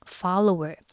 follower